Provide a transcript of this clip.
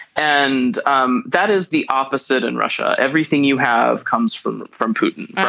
and um that is the opposite in russia. everything you have comes from from putin.